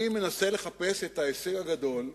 אני מנסה לחפש את ההישג הגדול,